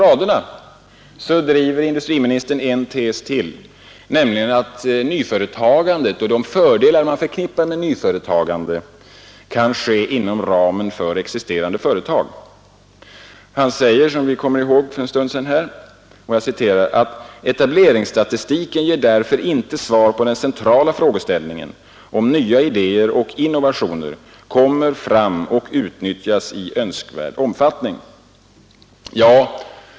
På dessa 15 rader driver industriministern ytterligare en tes, nämligen att nyföretagandet och de fördelar man förknippar med det kan åstadkommas inom ramen för existerande företag. Han säger, som vi hörde för en stund sedan, att ”nyetableringsstatistiken ger därför inte svar på den centrala frågeställningen — om nya idéer och innovationer kommer fram och utnyttjas i önskvärd omfattning”.